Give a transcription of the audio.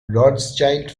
rothschild